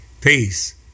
peace